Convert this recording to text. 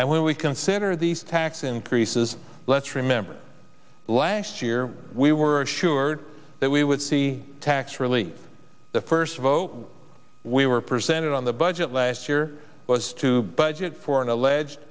and we consider these tax increases let's remember last year we were assured that we would see tax relief the first vote we were presented on the budget last year was to budget for an alleged